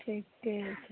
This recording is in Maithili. ठीके छै